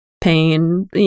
pain